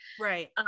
Right